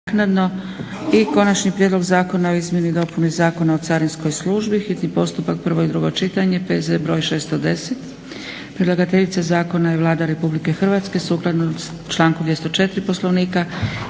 - Konačni prijedlog zakona o izmjenama i dopunama Zakona o carinskoj službi, hitni postupak, prvo i drugo čitanje, P.Z. br. 610. Predlagateljica zakona je Vlada Republike Hrvatske. Sukladno članku 204. Poslovnika